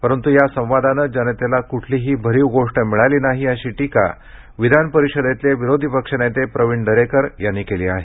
परंतु या संवादानं जनतेला कुठलीही भरीव गोष्ट मिळाली नाही अशी टीका विधानपरिषदेतले विरोधी पक्ष नेते प्रविण दरेकर यांनी केली आहे